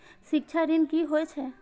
शिक्षा ऋण की होय छै?